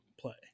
play